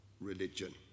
religion